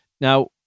Now